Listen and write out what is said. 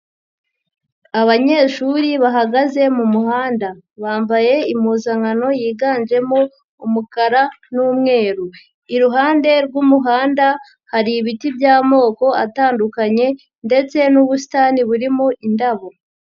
Abanyeshuri bahagaze mu muhanda bambaye impuzankano yiganjemo umukara n'umweru, iruhande rw'umuhanda hari ibiti by'amoko atandukanye ndetse n'ubusitani burimo indabo.